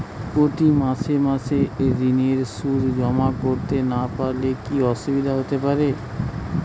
প্রতি মাসে মাসে ঋণের সুদ জমা করতে না পারলে কি অসুবিধা হতে পারে?